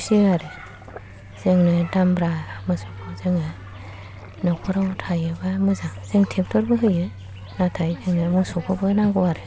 फिसियो आरो जोंनो दामब्रा मोसौखौ जोङो न'खराव थायोबा मोजां जों ट्रेक्टरबो होयो नाथाय जोंनो मोसौखौबो नांगौ आरो